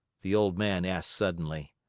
the old man asked suddenly.